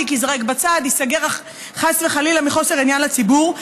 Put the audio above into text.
התיק ייזרק בצד וייסגר חס וחלילה מחוסר עניין לציבור.